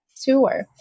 tour